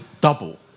double